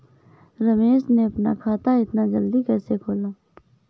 रमेश ने अपना खाता इतना जल्दी कैसे खोला?